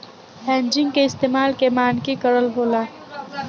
hedging के इस्तमाल के मानकी करण होला